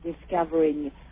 discovering